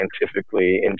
scientifically